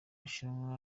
bushinwa